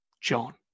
John